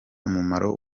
umurimo